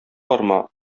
барма